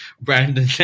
Brandon